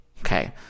okay